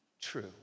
true